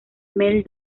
mel